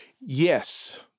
Yes